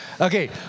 Okay